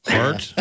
Heart